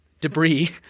Debris